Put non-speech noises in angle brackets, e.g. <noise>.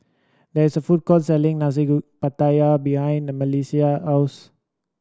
there is a food court selling nasi <unintelligible> pattaya behind Melisa house